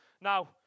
Now